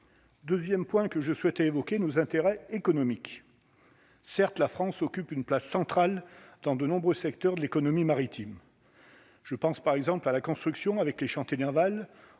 2ème point que je souhaitais évoquer nos intérêts économiques, certes, la France occupe une place centrale dans de nombreux secteurs de l'économie maritime. Je pense par exemple à la construction avec les chantiers